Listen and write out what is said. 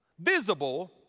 visible